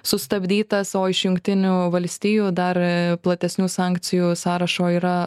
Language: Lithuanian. sustabdytas o iš jungtinių valstijų dar platesnių sankcijų sąrašo yra